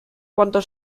cuanto